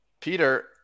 Peter